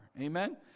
Amen